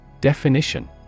Definition